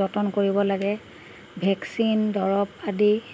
যতন কৰিব লাগে ভেকচিন দৰব আদি